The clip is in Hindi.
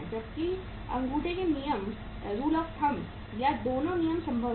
जबकि अंगूठे के नियम या दोनों नियम संभव हैं